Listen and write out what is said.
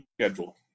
schedule